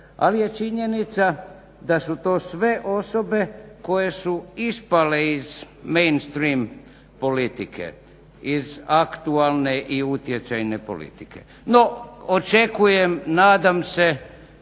Ali je činjenica da su to sve osobe koje su ispale iz mean stream politike, iz aktualne i utjecajne politike. No, očekujem, nadam se